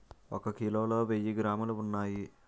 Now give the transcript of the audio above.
ఒక కిలోలో వెయ్యి గ్రాములు ఉన్నాయి